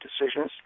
decisions